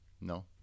No